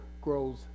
grows